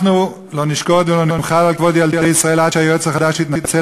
אנחנו לא נשקוט ולא נמחל על כבוד ילדי ישראל עד שהיועץ החדש יתנצל